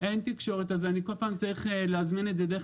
אז כל פעם אני צריך להזמין את המונית דרך